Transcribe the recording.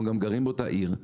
אנחנו גם גרים באותה עיר,